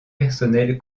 personnelle